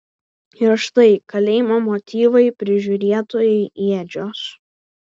ir štai kalėjimo motyvai prižiūrėtojai ėdžios